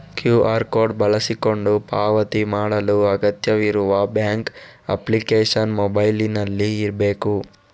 QR code ಬಳಸಿಕೊಂಡು ಪಾವತಿ ಮಾಡಲು ಅಗತ್ಯವಿರುವ ಬ್ಯಾಂಕ್ ಅಪ್ಲಿಕೇಶನ್ ಮೊಬೈಲಿನಲ್ಲಿ ಇರ್ಬೇಕು